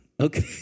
Okay